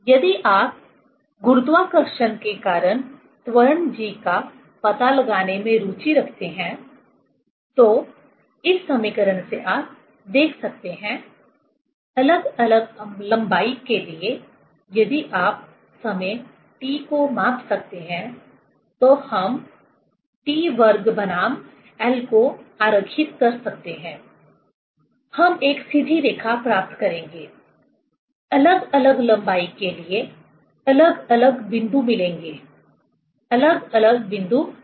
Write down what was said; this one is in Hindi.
यदि आप गुरुत्वाकर्षण के कारण त्वरण g का पता लगाने में रुचि रखते हैं तो इस समीकरण से आप देख सकते हैं अलग अलग लंबाई के लिए यदि आप समय T को माप सकते हैं तो हम T वर्ग बनाम L को आरेखीत कर सकते हैं हम एक सीधी रेखा प्राप्त करेंगे अलग अलग लंबाई के लिए अलग अलग बिंदु मिलेंगे अलग अलग बिंदु मिलेंगे